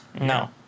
No